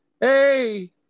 Hey